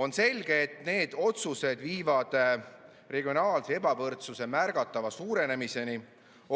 On selge, et need otsused viivad regionaalse ebavõrdsuse märgatava suurenemiseni ning